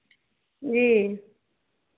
जी